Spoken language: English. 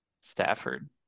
Stafford